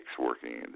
working